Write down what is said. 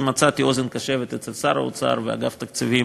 מצאתי אוזן קשבת אצל שר האוצר ובאגף התקציבים